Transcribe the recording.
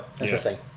interesting